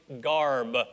garb